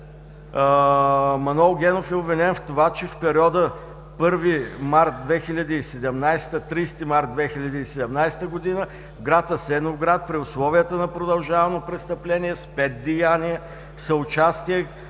Манол Генов е обвинен в това, че в периода 1 март 2017 – 30 март 2017 г. в град Асеновград при условията на продължавано престъпление е с пет деяния, в съучастие